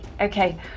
Okay